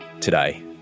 today